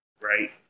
right